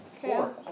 Four